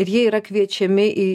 ir jie yra kviečiami į